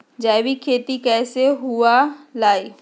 जैविक खेती कैसे हुआ लाई?